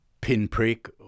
pinprick